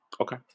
Okay